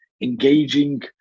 engaging